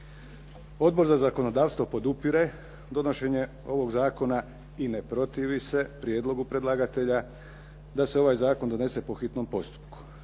Odbor za zakonodavstvo podupire donošenje ovog zakona i ne protivi se prijedlogu predlagatelja da se ovaj zakon donese po hitnom postupku.